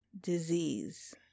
disease